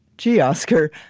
gee, oscar,